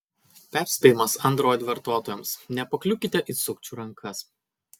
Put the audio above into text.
perspėjimas android vartotojams nepakliūkite į sukčių rankas